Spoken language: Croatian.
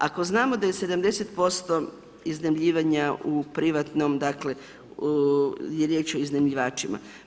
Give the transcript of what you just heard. Ako znamo da je 70% iznajmljivanja u privatnom dakle je riječ o iznajmljivačima.